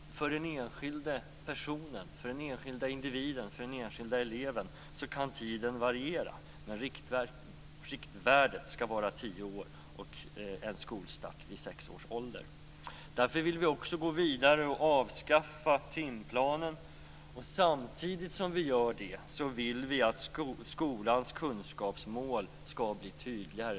För den enskilde personen, individen och eleven kan tiden variera. Men riktvärdet skall vara tio år och en skolstart vid sex års ålder. Därför vill vi också gå vidare och avskaffa timplanen. Samtidigt som vi gör det vill vi att skolans kunskapsmål skall bli tydligare.